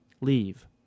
leave